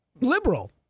liberal